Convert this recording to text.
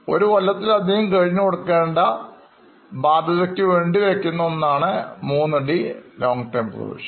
ഒരു കൊല്ലത്തിലധികം കഴിഞ്ഞ് കൊടുക്കേണ്ട ബാധ്യത ക്കുവേണ്ടി വെക്കുന്ന ഒന്നാണ് 3D is long term provisions